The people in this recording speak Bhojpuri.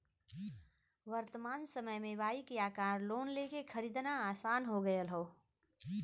वर्तमान समय में बाइक या कार लोन लेके खरीदना आसान हो गयल हौ